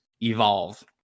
Evolve